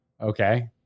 okay